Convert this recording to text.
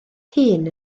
hun